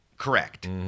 correct